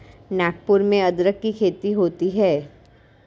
नागपुर में अदरक की खेती होती है